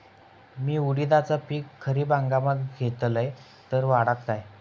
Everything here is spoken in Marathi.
मी उडीदाचा पीक खरीप हंगामात घेतलय तर वाढात काय?